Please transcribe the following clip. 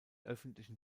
öffentlichen